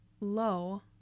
low